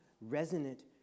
resonant